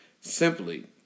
Simply